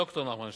ד"ר נחמן שי,